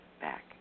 back